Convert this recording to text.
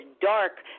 dark